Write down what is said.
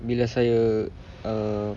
bila saya err